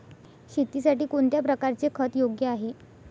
शेतीसाठी कोणत्या प्रकारचे खत योग्य आहे?